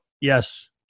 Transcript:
Yes